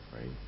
Right